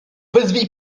wezwij